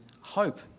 hope